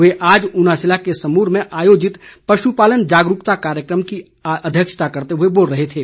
वे आज ऊना ज़िले के सूमर में आयोजित पशुपालन जागरूकता कार्यक्षता की अध्यक्षता करते हुए बोल रहे थे